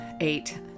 eight